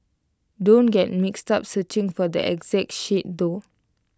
don't get mixed up searching for the exact shade though